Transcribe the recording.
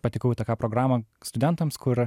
patekau į tokią programą studentams kur